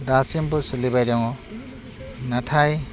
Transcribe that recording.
दासिमबो सोलिबाय दङ नाथाइ